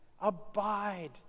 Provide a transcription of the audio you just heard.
Abide